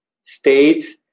states